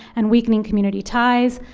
and weakening community ties.